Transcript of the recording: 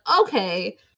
okay